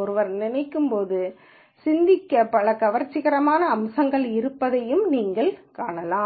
ஒருவர் நினைக்கும் போது சிந்திக்க பல கவர்ச்சிகரமான அம்சங்கள் இருப்பதையும் நீங்கள் காணலாம்